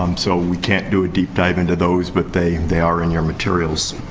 um so, we can't do a deep dive into those, but they they are in your materials.